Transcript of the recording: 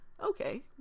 Okay